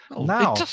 Now